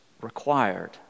required